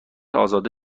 ازاده